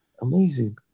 Amazing